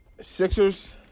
Sixers